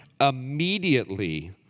Immediately